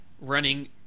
running